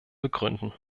begründen